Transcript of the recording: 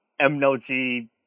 MLG